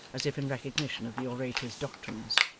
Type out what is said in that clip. as if in recognition of the orator's doctrines.